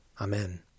Amen